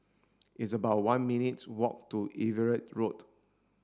it's about one minutes' walk to Everitt Road